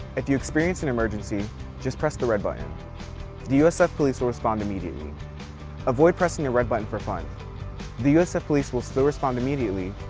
if you experience an emergency just press the red button the usf police will respond immediately avoid pressing a red button for fun the usf police will still respond immediately